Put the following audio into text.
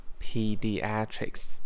Pediatrics